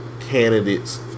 candidates